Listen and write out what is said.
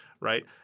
Right